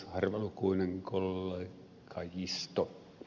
harvalukuinen kollegaisto